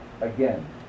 again